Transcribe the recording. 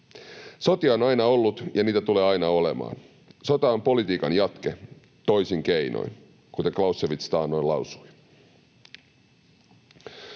sotia on aina ollut ja niitä tulee aina olemaan. Sota on politiikan jatke toisin keinoin, kuten Clausewitz taannoin lausui.